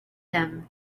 him